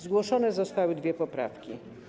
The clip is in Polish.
Zgłoszone zostały dwie poprawki.